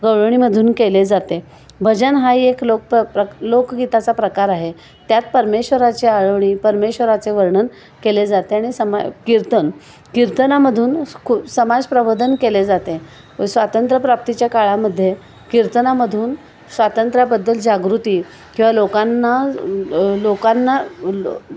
गवळणीमधून केले जाते भजन हा ह एक लोकप प्रक लोकगीताचा प्रकार आहे त्यात परमेश्वराची आळवणी परमेश्वराचे वर्णन केले जाते आणि समा कीर्तन कीर्तनामधून खू समाज प्रबोधन केले जाते स्वातंत्रप्राप्तीच्या काळामध्ये कीर्तनामधून स्वातंत्राबद्दल जागृती किंवा लोकांना लोकांना ल